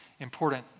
important